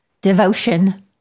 devotion